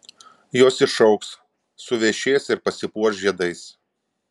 jos išaugs suvešės ir pasipuoš žiedais